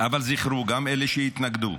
אבל זכרו, גם אלה שיתנגדו,